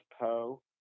Poe